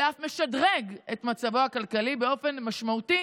אלא הוא אף משדרג את מצבו הכלכלי באופן משמעותי,